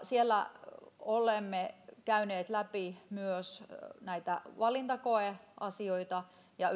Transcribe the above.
siellä olemme käyneet läpi myös näitä valintakoeasioita ja